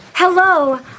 Hello